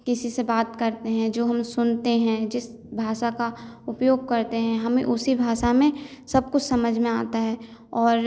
किसी से बात करते हैं जो हम सुनते हैं जिस भाषा का उपयोग करते हैं हमें उसी भाषा में सब कुछ समझना आता है और